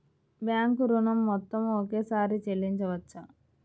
Bank ఋణం మొత్తము ఒకేసారి చెల్లించవచ్చా?